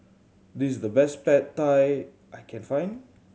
this is the best Pad Thai I can find